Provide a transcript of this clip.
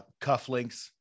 cufflinks